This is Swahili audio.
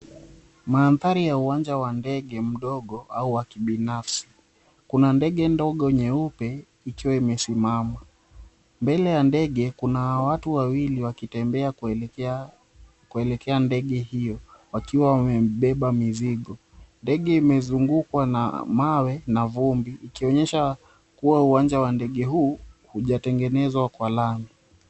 Mandhari ya uwanja wa ndege mdogo au wakibinfsi. Kuna ndege ndogo nyeupe ikiwa imesimama. Mbele ya ndege kuna watu wawili wakitembea kuelekea ndege hiyo, wakiwa wamebeba mizigo. Ndege imezungukwa na mawe na vumbi ikionyesha kuwa uwanja wa ndege huu hujatengenezwa kwa lami.